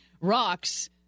rocks